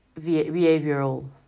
behavioral